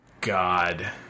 god